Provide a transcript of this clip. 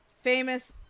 famous